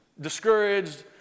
discouraged